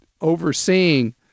overseeing